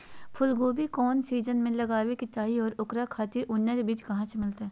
फूलगोभी कौन सीजन में लगावे के चाही और ओकरा खातिर उन्नत बिज कहा से मिलते?